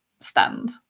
stand